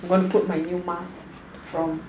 I'm gonna put my new mask from